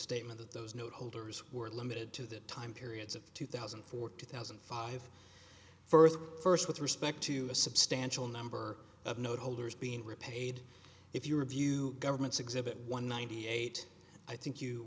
statement that those note holders were limited to the time periods of two thousand and four two thousand and five further first with respect to a substantial number of note holders being repaid if you review governments exhibit one ninety eight i think you